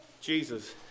Jesus